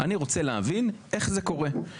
אני רוצה להבין איך זה קורה.